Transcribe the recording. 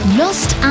lost